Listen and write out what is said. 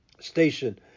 station